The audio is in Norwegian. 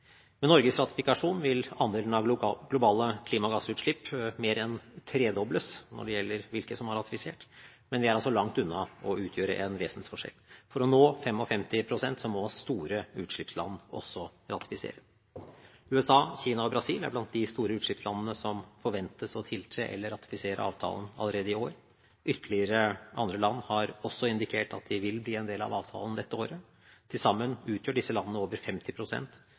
Med Norges ratifikasjon vil andelen av globale klimagassutslipp mer enn tredobles når det gjelder hvilke som har ratifisert, men vi er langt unna å utgjøre en vesensforskjell. For å nå 55 pst. må også store utslippsland ratifisere. USA, Kina og Brasil er blant de store utslippslandene som forventes å tiltre eller ratifisere avtalen allerede i år. Ytterligere andre land har også indikert at de vil bli en del av avtalen dette året. Til sammen utgjør disse landene over